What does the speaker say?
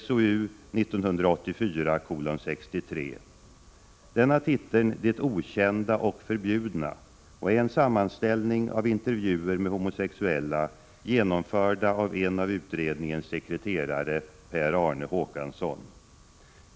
Den har titeln Det okända och förbjudna och är en sammanställning av intervjuer med homosexuella genomförda av en av utredningens sekreterare, Per Arne Håkansson.